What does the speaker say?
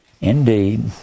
Indeed